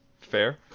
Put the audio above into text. Fair